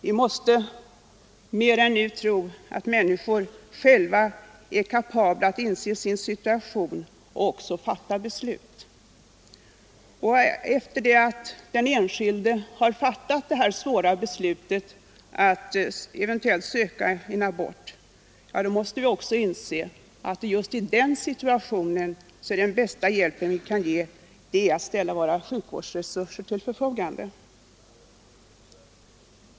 Vi måste mer än nu tro att människor själva är kapabla att inse sin situation och även fatta beslut. Vi måste också inse att sedan den enskilda kvinnan har fattat det svåra beslutet att eventuellt söka abort, är den bästa hjälp vi kan ge i den situationen att ställa våra sjukvårdsresurser till förfogande.